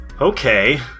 Okay